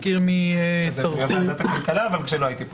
זה נהיה ועדת הכלכלה כשלא הייתי פה.